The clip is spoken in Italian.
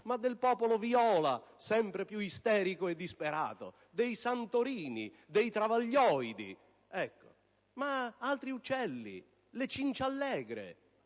ma del popolo viola, sempre più isterico e disperato, dei "santorini", dei "travaglioidi". Ma ci sono anche altri uccelli: le cinciallegre,